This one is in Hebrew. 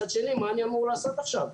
מצד שני, מה אני אמור לעשות עכשיו?